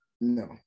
No